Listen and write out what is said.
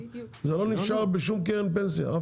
זה לא נשאר בשום קרן פנסיה.